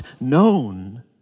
known